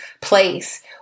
place